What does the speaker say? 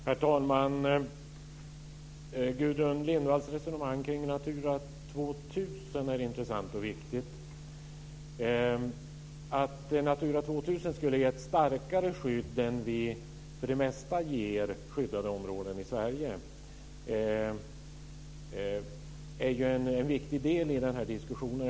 Herr talman! Gudrun Lindvalls resonemang kring Natura 2000 är intressant och viktigt. Att Natura 2000 skulle ge ett starkare skydd än vi för det mesta ger skyddade områden i Sverige är en viktig del i den här diskussionen.